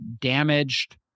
damaged